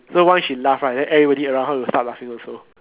so once she laugh right then everybody around her will start laughing also